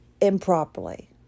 improperly